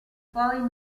poi